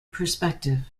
perspective